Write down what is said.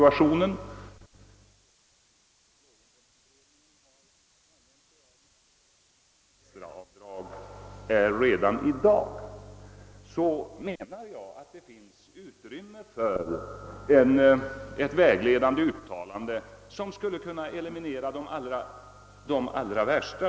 Så detaljbemängda som anvisningarna för extraavdrag är redan i dag finns det, menar jag, utrymme för ett vägledande uttalande som skulle kunna eliminera de allra värsta missförhållandena.